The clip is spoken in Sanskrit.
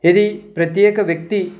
यदि प्रत्येकः व्यक्तिः